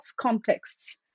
contexts